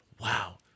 Wow